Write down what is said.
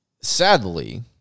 sadly-